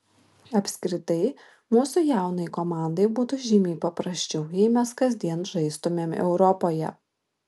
apskritai mūsų jaunai komandai būtų žymiai paprasčiau jei mes kasdien žaistumėm europoje